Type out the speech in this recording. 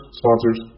sponsors